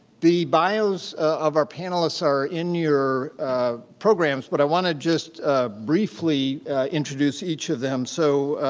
the bios of our panelists are in your programs, but i want to just briefly introduce each of them. so,